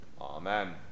Amen